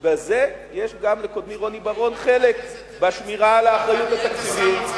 יש גם לקודמי רוני בר-און חלק בשמירה על האחריות התקציבית.